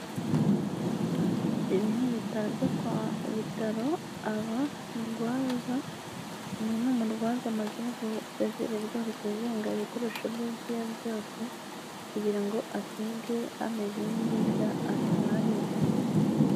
Ibi ni ibitaro, uyu ni umurwaza amaze gusezererwa, ari kuzinga ibikoresho bye byose kugira ngo asige hameze neza atahe.